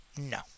No